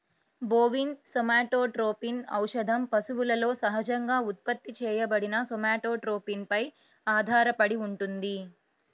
bovine somatotropin ఔషధం పశువులలో సహజంగా ఉత్పత్తి చేయబడిన సోమాటోట్రోపిన్ పై ఆధారపడి ఉంటుంది